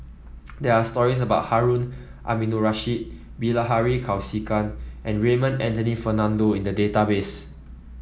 there are stories about Harun Aminurrashid Bilahari Kausikan and Raymond Anthony Fernando in the database